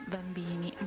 Bambini